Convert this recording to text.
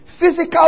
physical